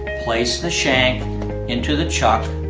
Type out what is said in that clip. place the shank into the chuck,